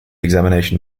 examination